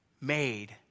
made